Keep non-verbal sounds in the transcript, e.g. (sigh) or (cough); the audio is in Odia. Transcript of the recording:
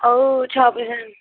ହଉ ଛଅ (unintelligible)